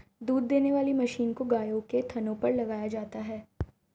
दूध देने वाली मशीन को गायों के थनों पर लगाया जाता है